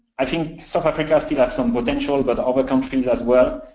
i think south africa still has some potential, but other countries as well.